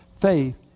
Faith